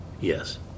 Yes